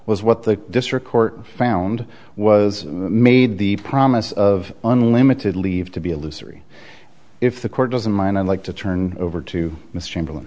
was what the district court found was made the promise of unlimited leave to be illusory if the court doesn't mind i'd like to turn over to mr chamberlain